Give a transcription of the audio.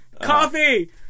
Coffee